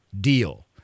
deal